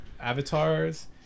Avatar's